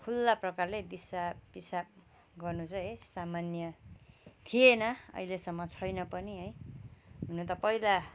खुल्ला प्रकारले दिसा पिसाब गर्नु चाहिँ है सामन्य थिएन अहिलेसम्म छैन पनि है हुन त पहिला